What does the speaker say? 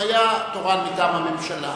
אם היה תורן מטעם הממשלה